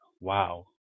wow